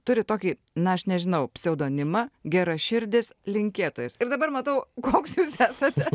turit tokį na aš nežinau pseudonimą geraširdis linkėtojas ir dabar matau koks jūs esate